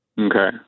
Okay